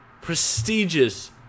Prestigious